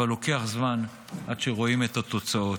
אבל לוקח זמן עד שרואים את התוצאות.